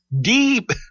deep